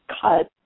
cut